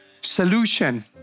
Solution